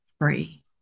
free